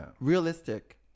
Realistic